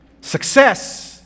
Success